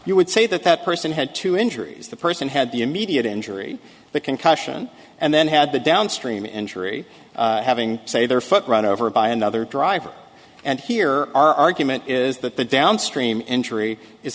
you would say that that person had two injuries the person had the immediate injury the concussion and then had the downstream injury having say their foot run over by another driver and here our argument is that the downstream injury is